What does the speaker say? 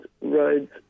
roads